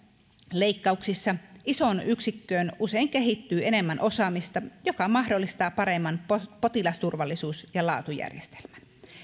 leikkauksissa isoon yksikköön kehittyy usein enemmän osaamista joka mahdollistaa paremman potilasturvallisuus ja laatujärjestelmän